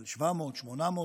של 700,000,